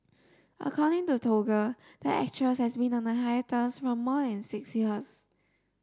according to Toggle the actress has been on a hiatus for more than six years